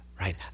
right